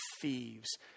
thieves